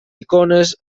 icones